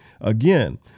again